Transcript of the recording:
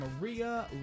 Maria